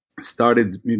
started